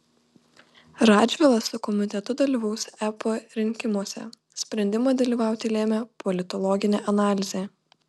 radžvilas su komitetu dalyvaus ep rinkimuose sprendimą dalyvauti lėmė politologinė analizė